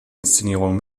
inszenierungen